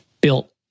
built